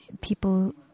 people